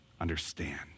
understand